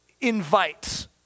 invite